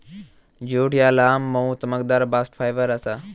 jute ह्या लांब, मऊ, चमकदार बास्ट फायबर आसा